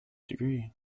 degree